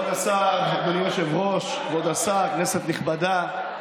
כבוד השר, אדוני היושב-ראש, כבוד השר, כנסת נכבדה,